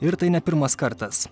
ir tai ne pirmas kartas